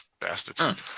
bastards